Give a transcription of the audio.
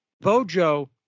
Bojo